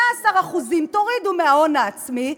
18% תורידו מההון העצמי,